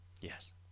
Yes